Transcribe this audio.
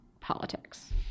politics